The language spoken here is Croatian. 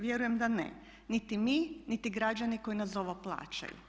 Vjerujem da ne, niti mi, niti građani koji nas za ovo plaćaju.